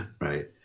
Right